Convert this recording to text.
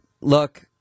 Look